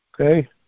okay